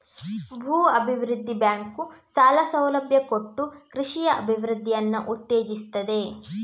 ಭೂ ಅಭಿವೃದ್ಧಿ ಬ್ಯಾಂಕು ಸಾಲ ಸೌಲಭ್ಯ ಕೊಟ್ಟು ಕೃಷಿಯ ಅಭಿವೃದ್ಧಿಯನ್ನ ಉತ್ತೇಜಿಸ್ತದೆ